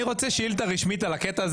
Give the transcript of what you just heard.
זה בסדר, ביג למדו את הלקח.